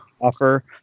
offer